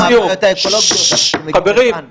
--- זה עיוות וסילוף של --- חבר הכנסת כסיף,